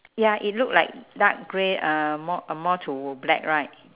ya it look like dark grey uh more a more to black right